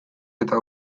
eta